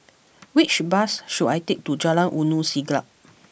which bus should I take to Jalan Ulu Siglap